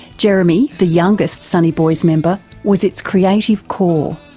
jeremy, the youngest sunnyboys member, was its creative core.